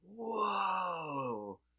whoa